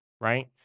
right